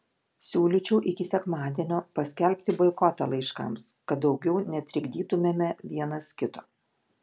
siūlyčiau iki sekmadienio paskelbti boikotą laiškams kad daugiau netrikdytumėme vienas kito